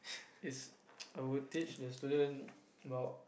it's I would teach the student about